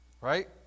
Right